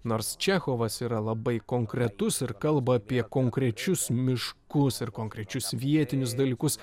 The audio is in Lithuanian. nors čechovas yra labai konkretus ir kalba apie konkrečius miškus ir konkrečius vietinius dalykus